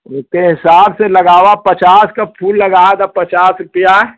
रुपये हिसाब से लगावा पचास का फूल लगा तो पचास रुपया